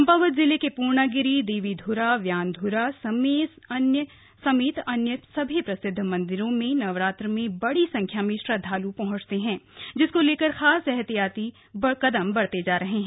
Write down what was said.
चम्पावत जिले के पूर्णागिरि देवीध्रा व्यानध्रा समेय अन्य प्रसिद्ध मन्दिरों में नवरात्र में बड़ी संख्या में श्रद्धालु पहुंचते हैं जिसको लेकर खास एहतियात बरती जा रही है